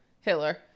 Hitler